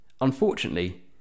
Unfortunately